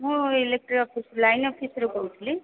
ମୁଁ electric office line ଅଫିସ୍ରୁ କହୁଥିଲି